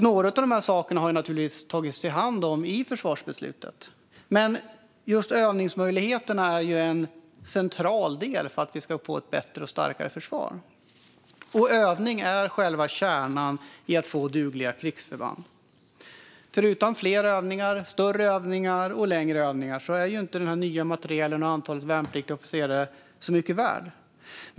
Några av dessa saker har naturligtvis tagits om hand i försvarsbeslutet. Men just övningsmöjligheterna är en central del för att vi ska få ett bättre och starkare försvar. Och övning är själva kärnan i att få dugliga krigsförband, för utan fler, större och längre övningar är inte den nya materielen och antalet värnpliktiga och officerare så mycket värt.